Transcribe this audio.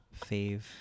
fave